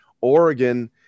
Oregon